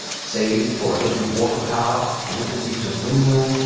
save for a little water-power, a little use of windmills,